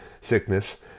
sickness